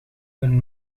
een